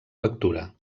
lectura